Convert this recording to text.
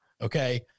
Okay